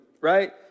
right